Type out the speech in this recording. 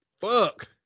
Fuck